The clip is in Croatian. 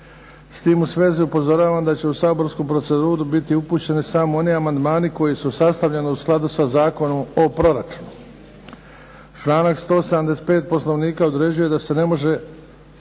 S tim u svezi upozoravam da će u saborsku proceduru biti upućeni samo oni amandmani koji su sastavljeni u skladu sa Zakonom o proračunu. Članak 175. Poslovnika određuje da se ne može